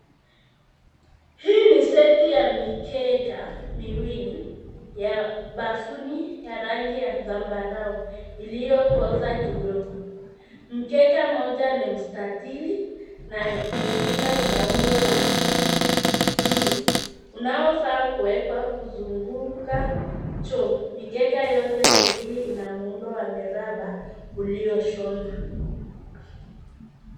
Hii ni seti ya mikeka miwili ya bafuni ya rangi ya zambarau iliyokoza kidogo. Mkeka mmoja ni mstatili na nyingine una umbo la U unaofaa kuwekwa kuzunguka choo. Mikeka yote miwili ina muundo wa miraba ulioshonwa.